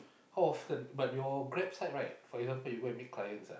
how often but your Grab side right for example you go and meet clients ah